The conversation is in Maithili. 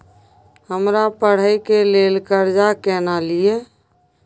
हमरा पढ़े के लेल कर्जा केना लिए?